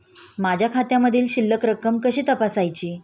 माझ्या खात्यामधील शिल्लक रक्कम कशी तपासायची?